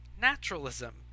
naturalism